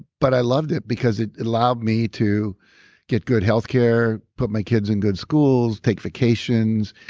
but i loved it because it it allowed me to get good health care, put my kids in good schools, take vacations.